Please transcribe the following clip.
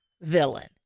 villain